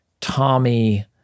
Tommy